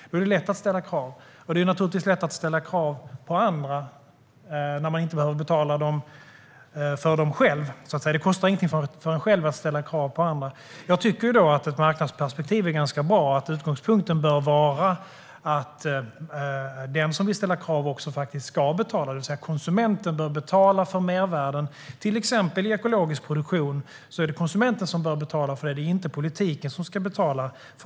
Det är naturligtvis lätt att ställa krav på andra när man inte behöver betala själv. Det kostar inget för en själv att ställa krav på andra. Jag tycker att ett marknadsperspektiv är ganska bra och att utgångspunkten bör vara att den som vill ställa krav också ska betala. Konsumenten bör alltså betala för mervärden i till exempel ekologisk produktion. Där är det konsumenten som bör betala. Det är inte politiken som ska betala.